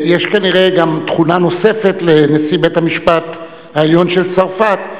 יש כנראה גם תכונה נוספת לנשיא בית-המשפט העליון של צרפת,